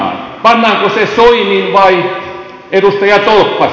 pannaanko se soinin vai edustaja tolppasen